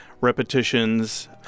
repetitions